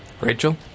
Rachel